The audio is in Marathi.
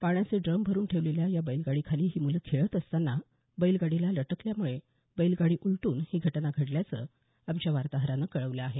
पाण्याचे ड्रम भरून ठेवलेल्या या बैलगाडीखाली ही मुलं खेळत असतांना बैलगाडीला लटकल्यामुळं बैलगाडी उलटून ही घटना घडल्याचं आमच्या वार्ताहरानं कळवलं आहे